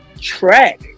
track